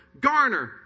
Garner